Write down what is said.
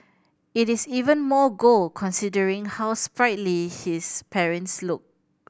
it is even more gold considering how sprightly his parents look